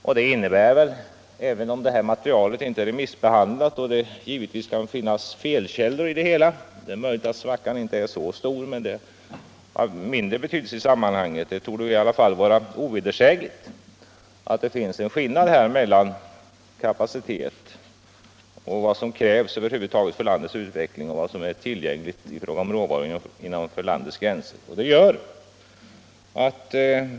Även om skogsutredningens rapport inte är remissbehandlad och det givetvis kan finnas felkällor i den — det är exempelvis möjligt att diskrepansen inte är så stor som utredningen angivit, något som dock är av mindre betydelse i sammanhanget — torde det vara ovedersägligt att det är en skillnad mellan vad som krävs för landets behov och vad som är tillgängligt i fråga om råvaror inom landets gränser.